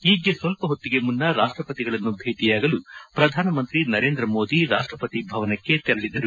ಈಗ್ಗೆ ಸ್ವಲ್ಪ ಹೊತ್ತಿಗೆ ಮುನ್ನ ರಾಷ್ಟಪತಿಗಳನ್ನು ಭೇಟಿಯಾಗಲು ಪ್ರಧಾನಮಂತ್ರಿ ನರೇಂದ್ರ ಮೋದಿ ರಾಷ್ಟಪತಿ ಭವನಕ್ಕೆ ತೆರಳಿದರು